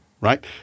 right